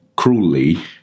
cruelly